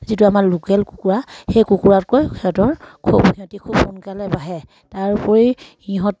যিটো আমাৰ লোকেল কুকুৰা সেই কুকুৰাতকৈ সিহঁতৰ খুব সিহঁতি খুব সোনকালে বাঢ়ে তাৰোপৰি ইহঁতক